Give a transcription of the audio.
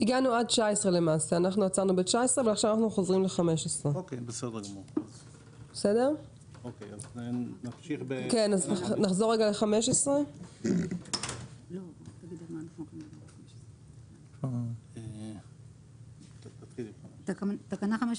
הגענו עד תקנה 19 ועכשיו אנחנו חוזרים לתקנה 15. תקנה 15